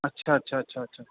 अच्छा अच्छा अच्छा